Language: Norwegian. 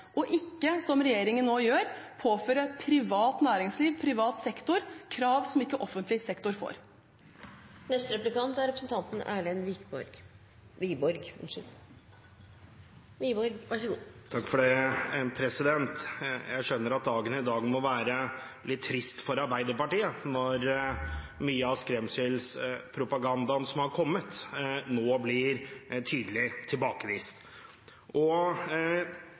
og ikke, som regjeringen nå gjør, påføre privat næringsliv og privat sektor krav som ikke offentlig sektor får. Jeg skjønner at dagen i dag må være litt trist for Arbeiderpartiet når mye av skremselspropagandaen som har kommet, nå blir tydelig tilbakevist.